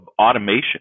automation